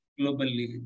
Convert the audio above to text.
globally